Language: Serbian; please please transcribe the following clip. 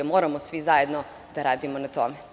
Moramo svi zajedno da radimo na tome.